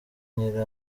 nyiri